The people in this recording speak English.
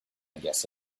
guess